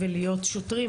ולהיות שוטרים.